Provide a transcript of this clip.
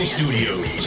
Studios